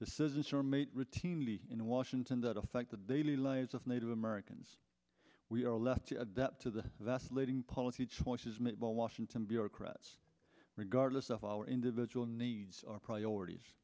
decision to terminate routinely in washington that affect the daily lives of native americans we are left to adapt to the vacillating policy choices made by washington bureaucrats regardless of our individual needs our priorities